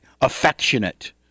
affectionate